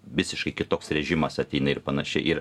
visiškai kitoks režimas ateina ir panašiai ir